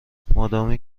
مادامی